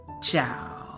Ciao